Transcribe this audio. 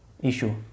issue